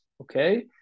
okay